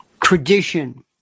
tradition